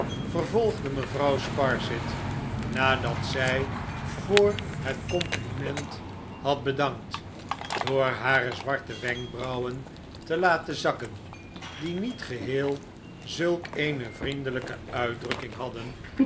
vervolgde mevrouw sparsit nadat zij voor het compliment had bedankt door hare zwarte wenkbrauwen te laten zakken die niet geheel zulk eene vriendelijke uitdrukking hadden